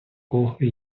кого